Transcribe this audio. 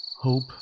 hope